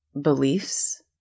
beliefs